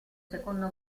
secondo